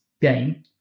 game